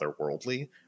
otherworldly